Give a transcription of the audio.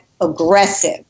aggressive